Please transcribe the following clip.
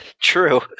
True